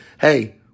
hey